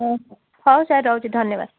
ହଁ ହଁ ହଉ ସାର୍ ରହୁଛି ଧନ୍ୟବାଦ